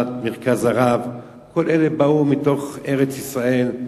"מרכז הרב" כל אלה באו מתוך ארץ-ישראל,